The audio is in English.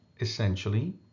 essentially